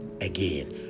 again